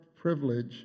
privilege